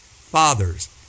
father's